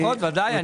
ברכות, בוודאי.